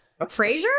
Frasier